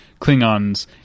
Klingons